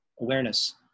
awareness